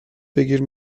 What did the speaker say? بگیر